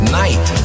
night